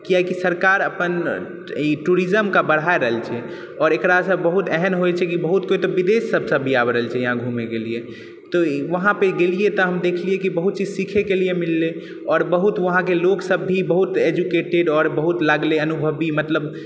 कियाकि सरकार अपन टूरिज्म के बढ़ाए रहल छै एकरा सँ बहुत एहन होइ छै की बहुत कोइ तऽ विदेश सँ भी आबि रहल छै यहाँ घुमैके लिए तऽ वहाँपे गेलियै त हम देखलियै की बहुत चीज सिखै मिललै आओर बहुत वहाँके लोकसब भी बहुत एजुकेटेड आओर बहुत लागलै अनुभवी मतलब